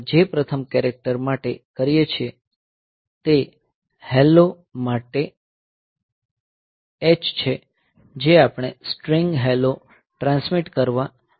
આપણે જે પ્રથમ કેરેક્ટર માટે કરીએ છીએ તે હેલો માટે H છે જે આપણે સ્ટ્રીંગ હેલો ટ્રાન્સમિટ કરવા માંગીએ છીએ